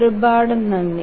ഒരുപാട് നന്ദി